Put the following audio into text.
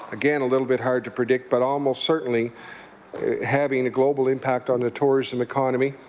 again, a little bit hard to predict, but almost certainly having a global impact on a tourism economy.